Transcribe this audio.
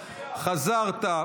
חזרת,